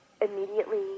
immediately